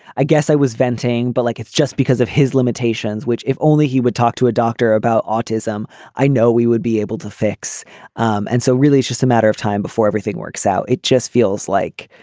i guess i was venting but like it's just because of his limitations which if only he would talk to a doctor about autism. i know we would be able to fix um and so really it's just a matter of time before everything works out it just feels like